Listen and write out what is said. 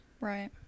Right